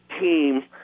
team